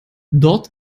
dort